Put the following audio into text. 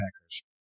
Packers